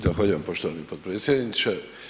Zahvaljujem poštovani potpredsjedniče.